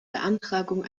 beantragung